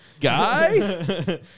Guy